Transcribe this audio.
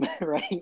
right